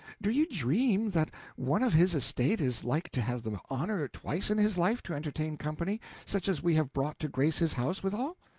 do ye dream that one of his estate is like to have the honor twice in his life to entertain company such as we have brought to grace his house withal?